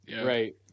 Right